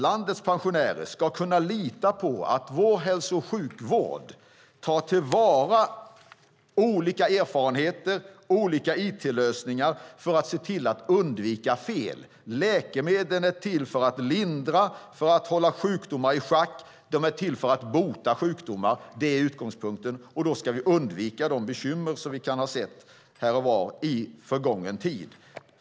Landets pensionärer ska kunna lita på att vår hälso och sjukvård tar till vara olika erfarenheter och olika it-lösningar för att se till att undvika fel. Läkemedel är till för att lindra, för att hålla sjukdomar i schack och för att bota sjukdomar. Det är utgångspunkten, och då ska vi undvika de bekymmer som vi kan ha sett här och var i förgången tid.